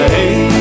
Hey